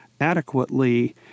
Adequately